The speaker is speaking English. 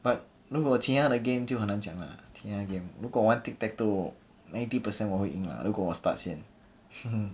but 如果其他的 game 就很难讲啊其他的 game 如果玩 tic tac toe ninety percent 我会赢啦如果我 start 先